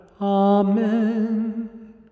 Amen